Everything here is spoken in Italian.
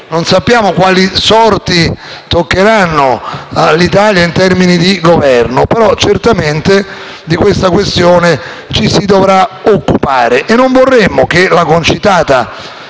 non sappiamo quali sorti toccheranno all'Italia in termini di Governo, ma certamente della questione ci si dovrà occupare. Non vorremmo che la concitata